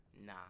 Nah